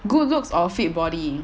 good looks or fit body